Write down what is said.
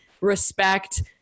respect